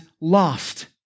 lost